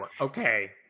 Okay